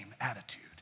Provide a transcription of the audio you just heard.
attitude